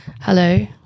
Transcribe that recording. hello